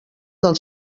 del